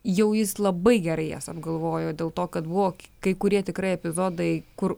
jau jis labai gerai jas apgalvojo dėl to kad buvo kai kurie tikrai epizodai kur